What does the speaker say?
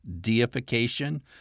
deification